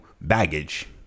baggage